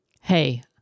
Hey